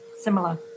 similar